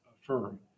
firm